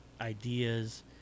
ideas